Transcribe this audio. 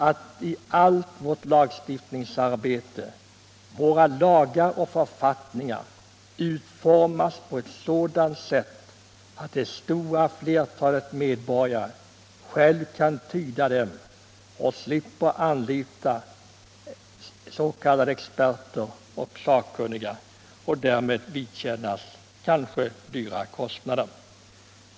— att i allt vårt lagstiftningsarbete lagar och författningar utformas på ett sådant sätt att det stora flertalet medborgare själva kan tyda dem och slippa anlita s.k. experter och sakkunniga och därmed kanske vidkännas betungande kostnader.